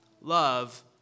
Love